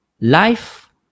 Life